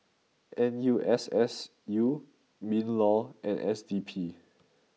N U S S U Minlaw and S D P